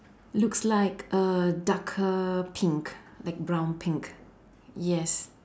looks like a darker pink like brown pink yes